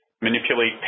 manipulate